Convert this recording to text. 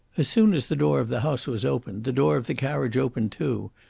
as soon as the door of the house was opened the door of the carriage opened too,